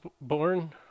born